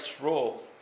role